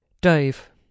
Dave